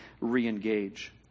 re-engage